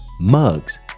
mugs